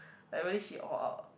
like very she all out